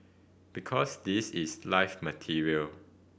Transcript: because this is live material